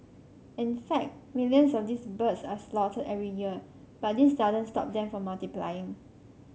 in fact millions of these birds are slaughtered every year but this doesn't stop them from multiplying